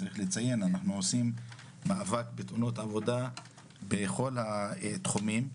מאבק בתאונות עבודה בכל התחומים.